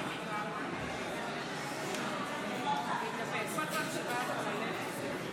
אני מזמין את חבר הכנסת עידן רול להציג את הצעת החוק,